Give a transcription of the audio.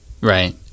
Right